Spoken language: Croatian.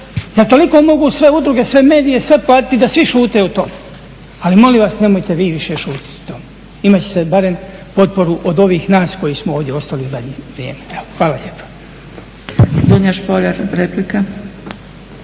zar toliko mogu sve udruge, sve medije, sve platiti da svi šute o tome. Ali molim vas nemojte vi više šutjeti o tome. Imat ćete barem potporu od ovih nas koji smo ovdje ostali u zadnje vrijeme. Evo hvala lijepa.